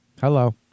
Hello